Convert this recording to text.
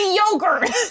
yogurt